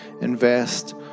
invest